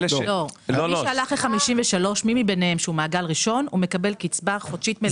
מי מהם שהוא מעגל ראשון מקבל קצבה חודשית מלאה.